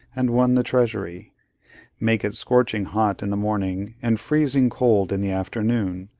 and one the treasury make it scorching hot in the morning, and freezing cold in the afternoon,